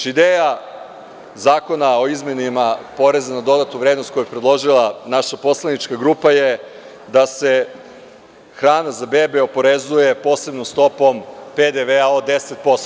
Ideja Zakona o izmenama Zakona o porezu na dodatu vrednost, koji je predložila naša poslanička grupa, je da se hrana za bebe oporezuje posebnom stopom PDV od 10%